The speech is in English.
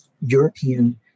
European